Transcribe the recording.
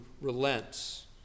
relents